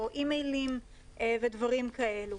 אי מיילים ודברים כאלה.